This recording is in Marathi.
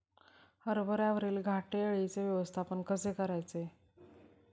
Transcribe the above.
हरभऱ्यावरील घाटे अळीचे व्यवस्थापन कसे करायचे?